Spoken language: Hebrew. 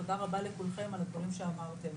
תודה רבה לכולכם על הדברים שאמרתם.